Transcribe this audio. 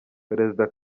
perezida